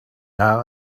now